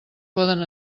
poden